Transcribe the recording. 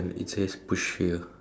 and it says push here